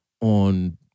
on